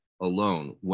alone